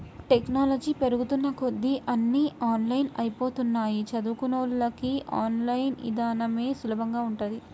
technology పెరుగుతున్న కొద్దీ అన్నీ ఆన్లైన్ అయ్యిపోతన్నయ్, చదువుకున్నోళ్ళకి ఆన్ లైన్ ఇదానమే సులభంగా ఉంటది